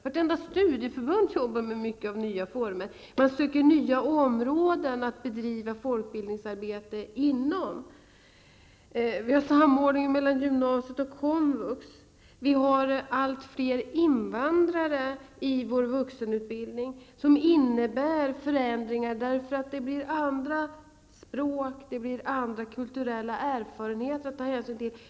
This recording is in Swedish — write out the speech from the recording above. Vartenda studieförbund arbetar mycket med nya former. Man söker nya områden att bedriva folkbildningsarbete inom. Vi har samordningen mellan gymnasiet och komvux och vi har allt fler invandrare i vår vuxenutbildning. Det innebär förändringar eftersom det blir andra språk och andra kulturella erfarenheter att ta hänsyn till.